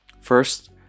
First